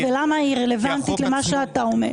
ולמה היא רלוונטית למה שאתה אומר